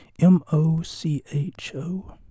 M-O-C-H-O